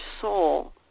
soul